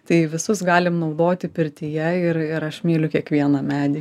tai visus galim naudoti pirtyje ir ir aš myliu kiekvieną medį